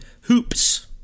Hoops